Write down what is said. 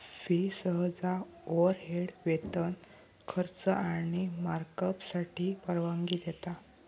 fee सहसा overhead, वेतन, खर्च आणि मार्कअपसाठी परवानगी देता